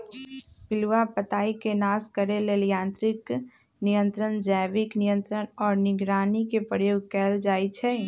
पिलुआ पताईके नाश करे लेल यांत्रिक नियंत्रण, जैविक नियंत्रण आऽ निगरानी के प्रयोग कएल जाइ छइ